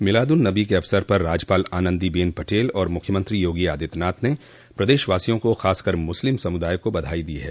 मिलाद उन नबी के अवसर पर राज्यपाल आनंदी बेन पटेल और मुख्यमंत्री योगी आदित्यनाथ ने प्रदेशवासियों को खासकर मुस्लिम समुदाय को बधाई दी है